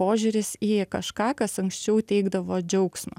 požiūris į kažką kas anksčiau teikdavo džiaugsmą